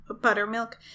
buttermilk